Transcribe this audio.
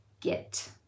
get